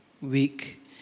week